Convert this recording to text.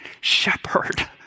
shepherd